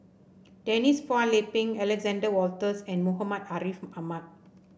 Denise Phua Lay Peng Alexander Wolters and Muhammad Ariff Ahmad